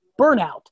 burnout